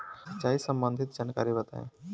सिंचाई संबंधित जानकारी बताई?